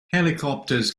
helicopters